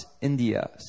India